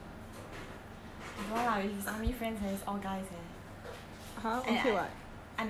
I don't want lah with his army friends leh is all guys eh and I I never see them before